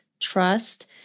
trust